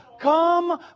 Come